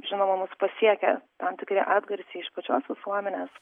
žinoma mus pasiekia tam tikri atgarsiai iš pačios visuomenės